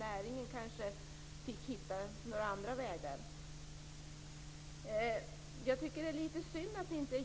Fru talman!